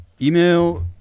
Email